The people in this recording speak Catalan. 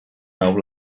nou